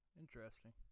Interesting